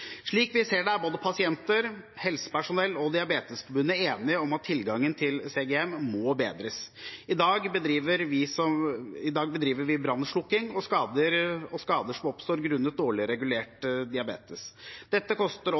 Slik vi ser det, er både pasienter, helsepersonell og Diabetesforbundet enige om at tilgangen til CGM må bedres. I dag bedriver vi brannslukking av skader som oppstår grunnet dårlig regulert diabetes. Dette koster oss som samfunn enormt med penger, og